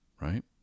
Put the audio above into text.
right